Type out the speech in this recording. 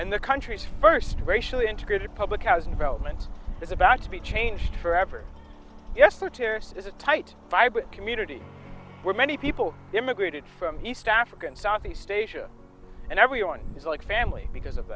and the country's first racially integrated public housing development is about to be changed forever yes the terrorists is a tight vibrant community were many people immigrated from east africa and southeast asia and everyone is like family because of